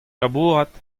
labourat